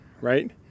right